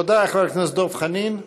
תודה, חבר הכנסת דב חנין.